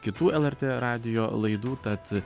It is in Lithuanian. kitų lrt radijo laidų tad